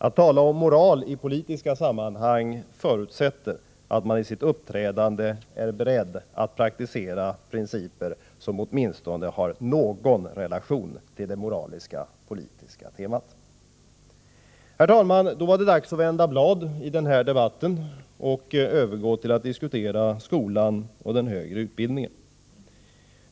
Att tala om moral i politiska sammanhang förutsätter att man i sitt uppträdande är beredd att praktisera principer av samma slag. Herr talman! Då var det dags att vända blad i den här debatten och övergå till att diskutera skolan och den högre utbildningen.